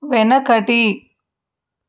వెనకటి